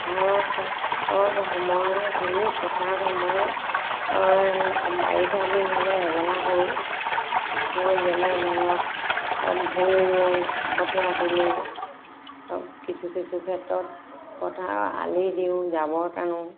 পথাৰত অৰ সময় আমি পথাৰত সময় বাৰিষা দিন হ'লে এবেলা কৰোঁ যেনে ধৰক ভুঁই ৰোওঁ কঠীয়া তোলোঁ আৰু কিছু কিছু ক্ষেত্ৰত পথাৰৰ আলি দিওঁ জাবৰ টানো